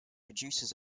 reduces